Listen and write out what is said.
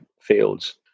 fields